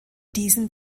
diesem